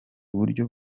buryo